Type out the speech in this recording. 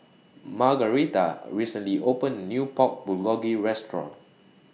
Margaretha recently opened A New Pork Bulgogi Restaurant